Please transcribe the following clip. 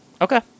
Okay